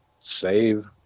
Save